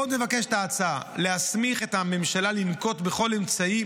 עוד מבקשת ההצעה להסמיך את הממשלה לנקוט בכל אמצעי